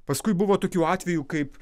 paskui buvo tokių atvejų kaip